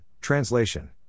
Translation